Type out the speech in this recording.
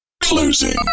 closing